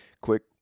quick